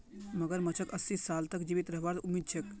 मगरमच्छक अस्सी साल तक जीवित रहबार उम्मीद छेक